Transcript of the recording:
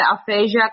aphasia